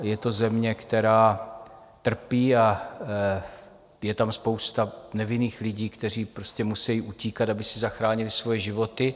Je to země, která trpí a je tam spousta nevinných lidí, kteří prostě musí utíkat, aby si zachránili svoje životy.